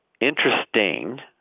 interesting